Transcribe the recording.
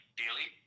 daily